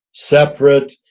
separate,